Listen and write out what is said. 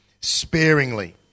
sparingly